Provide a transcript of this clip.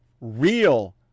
Real